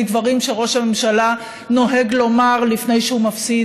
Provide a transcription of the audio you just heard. דברים שראש הממשלה נוהג לומר לפני שהוא מפסיד,